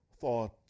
thought